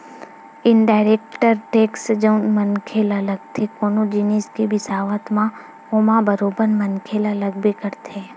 indirect tax जउन मनखे ल लगथे कोनो जिनिस के बिसावत म ओमा बरोबर मनखे ल लगबे करथे